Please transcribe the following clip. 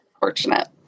fortunate